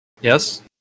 Yes